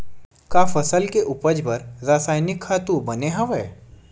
का फसल के उपज बर रासायनिक खातु बने हवय?